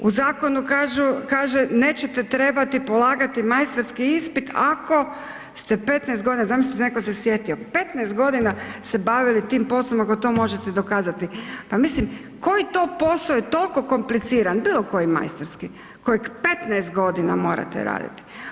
U zakonu kaže, nećete trebati polagati majstorski ispit ako ste 15 godina, zamislite, netko se sjetio, 15 godina se bavili tim poslom, ako to možete dokazati, pa mislim, koji to posao je toliko kompliciran, bilo koji majstorski kojeg 15 godina morate raditi?